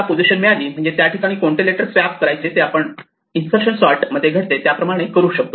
एकदा अशी पोझिशन मिळाली म्हणजे त्या ठिकाणी कोणते लेटर स्वॅप करायचे आहे ते आपण इंसेर्शन सॉर्ट मध्ये घडते त्याप्रमाणे करू शकतो